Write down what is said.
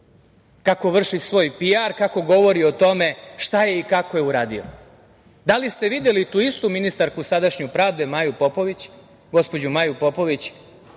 kako vrši svoj PR, kako govori o tome šta je i kako uradio? Da li ste videli tu istu ministarku sadašnju pravde, gospođu Maju Popović,